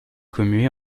commuée